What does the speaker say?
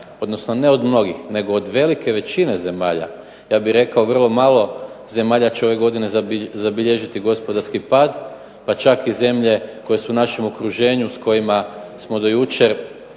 zemalja, ne od mnogih nego od velike većine zemalja, ja bih rekao vrlo malo zemalja će ove godine zabilježiti gospodarski pad, pa čak i zemlje koje su u našem okruženju kojima smo do jučer